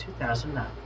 2009